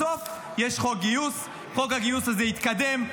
בסוף יש חוק גיוס, חוק הגיוס הזה יתקדם.